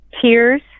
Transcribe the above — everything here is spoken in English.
Tears